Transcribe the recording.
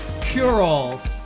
cure-alls